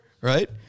right